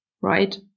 right